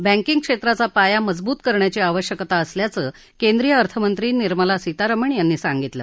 banking क्षेत्राचा पाया मजबूत करण्याची आवश्यकता असल्याचं केंद्रीय अर्थमंत्री निर्मला सीतारामन यांनी सांगितलं